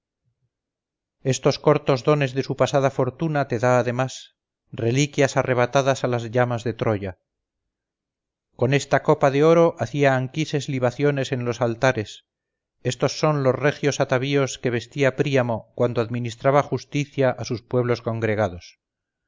estos cortos dones de su pasada fortuna te da además reliquias arrebatadas a las llamas de troya con esta copa de oro hacía anquises libaciones en los altares estos son los regios atavíos que vestía príamo cuando administraba justicia a sus pueblos congregados